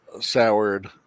Soured